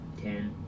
Ten